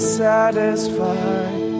satisfied